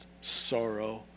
sorrow